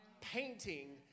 painting